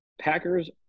Packers